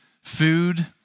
food